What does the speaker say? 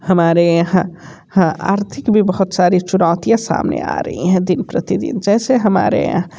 हमारे यहाँ आर्थिक भी बहुत सारी चुनौतियां सामने आ रही है दिन प्रतिदिन जैसे हमारे यहाँ